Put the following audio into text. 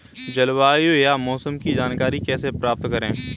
जलवायु या मौसम की जानकारी कैसे प्राप्त करें?